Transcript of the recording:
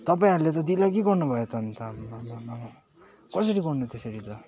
तपाईँहरूले त दिल्लगी गर्नु भयो त अन्त आम्मामामा कसरी गर्नु त्यसरी त